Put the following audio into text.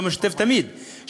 לא משתתף תמיד,